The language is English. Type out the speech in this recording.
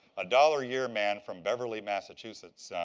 a dollar-a-year man from beverly, massachusetts,